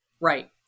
Right